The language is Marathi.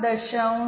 ४15